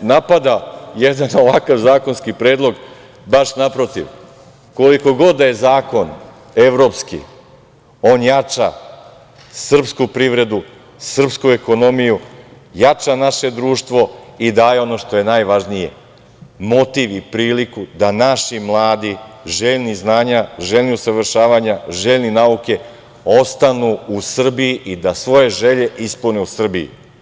napada jedan ovakav zakonski predlog, baš naprotiv, koliko god da je zakon evropski, on jača srpsku privredu, srpsku ekonomiju, jača naše društvo i daje ono što je najvažnije, motiv i priliku da naši mladi, željni znanja, željni usavršavanja, željni nauke ostanu u Srbiji i da svoje želje ispune u Srbiji.